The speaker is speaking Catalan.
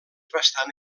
bastant